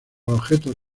objetos